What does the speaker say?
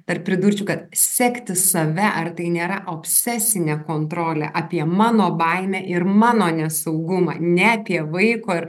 dar pridursčiau kad sekti save ar tai nėra obsesinė kontrolė apie mano baimę ir mano nesaugumą ne apie vaiko ir